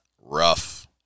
rough